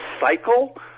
cycle